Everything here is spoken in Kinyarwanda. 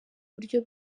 buryo